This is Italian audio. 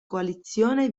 coalizione